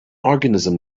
organism